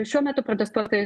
šiuo metu protestuotojai